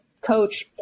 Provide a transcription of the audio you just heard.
coach